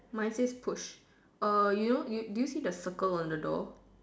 mine says push err you know you do you see the circle on the door